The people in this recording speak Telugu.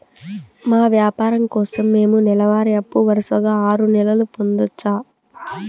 మా వ్యాపారం కోసం మేము నెల వారి అప్పు వరుసగా ఆరు నెలలు పొందొచ్చా?